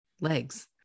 legs